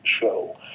show